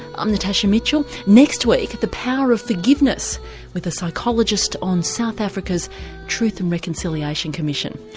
i'm natasha mitchell, next week the power of forgiveness with a psychologist on south africa's truth and reconciliation commission.